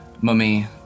Mummy